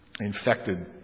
infected